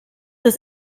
das